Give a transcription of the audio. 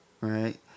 right